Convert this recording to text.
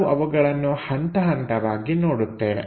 ನಾವು ಅವುಗಳನ್ನು ಹಂತ ಹಂತವಾಗಿ ನೋಡುತ್ತೇವೆ